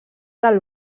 del